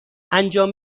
انجام